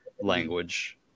language